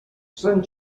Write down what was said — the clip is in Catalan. són